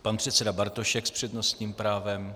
Pan předseda Bartošek s přednostním právem.